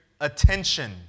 attention